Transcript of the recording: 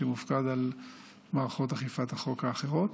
שמופקד על מערכות אכיפת החוק האחרות.